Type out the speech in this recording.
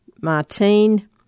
Martine